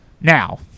Now